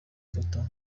foto